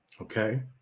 Okay